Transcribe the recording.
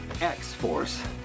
X-Force